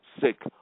sick